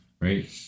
right